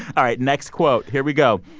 all right. next quote here we go.